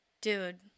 Dude